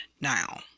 now